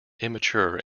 immature